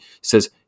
Says